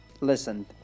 listen